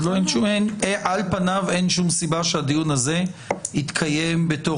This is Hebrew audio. על פניו אין שום סיבה שהדיון הזה יתקיים בתוך